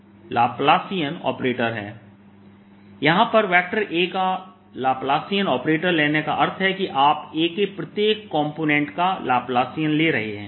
AB B0j ABA 2A यहां पर vector A का लाप्लाशन ऑपरेटर लेने से अर्थ है कि आप A के प्रत्येक कॉम्पोनेंट का लाप्लाशन ले रहे हैं